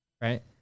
right